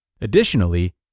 Additionally